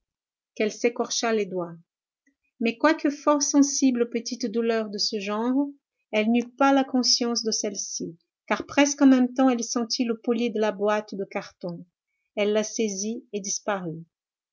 qu'elle s'écorcha les doigts mais quoique fort sensible aux petites douleurs de ce genre elle n'eut pas la conscience de celle-ci car presque en même temps elle sentit le poli de la boîte de carton elle la saisit et disparut